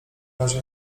razie